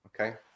Okay